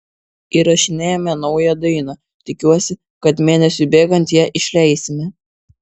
įrašinėjame naują dainą tikiuosi kad mėnesiui bėgant ją išleisime